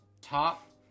top